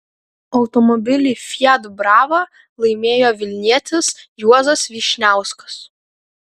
automobilį fiat brava laimėjo vilnietis juozas vyšniauskas